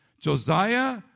Josiah